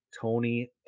Tony